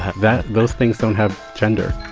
that those things don't have gender